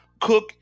Cook